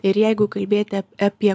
ir jeigu kalbėti ap apie